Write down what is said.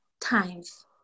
times